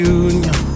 union